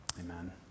amen